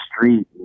street